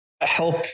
help